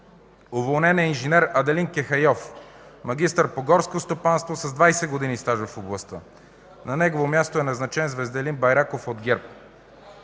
Уволнен е инж. Аделин Кехайов – магистър по горско стопанство”, с 20 години стаж в областта. На негово място е назначен Звезделин Байраков от ГЕРБ.